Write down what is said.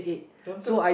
don't tell